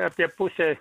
apie pusę